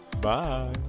Bye